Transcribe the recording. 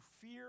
fear